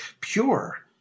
pure